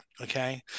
Okay